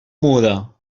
muda